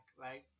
right